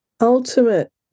ultimate